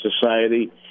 society